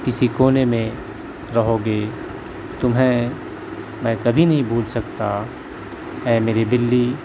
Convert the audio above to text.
کسی کونے میں رہو گی تمہیں میں کبھی نہیں بھول سکتا اے میری بلّی